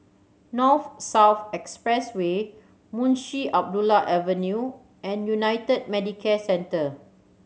North South Expressway Munshi Abdullah Avenue and United Medicare Centre